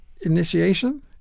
initiation